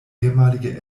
ehemalige